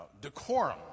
decorum